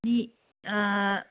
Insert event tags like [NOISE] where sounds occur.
[UNINTELLIGIBLE]